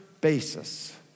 basis